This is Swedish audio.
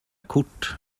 kort